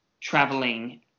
traveling